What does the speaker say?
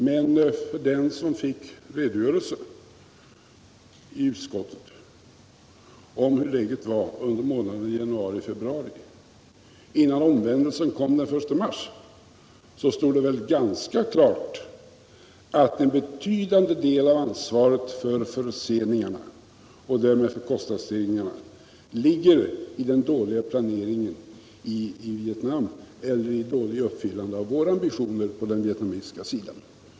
Men för den som fick ta del av redogörelsen i utskottet för hurdant läget var under månaderna januari och februari innan omvändelsen kom den 1 mars står det ganska klart att en betydande del av ansvaret för förseningarna och därmed för kostnadsstegringarna ligger i dålig planering i Vietnam eller dåligt uppfyllande av våra ambitioner på den vietnamesiska sidan.